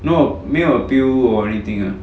no 没有 appeal or anything meh